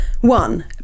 One